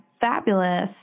fabulous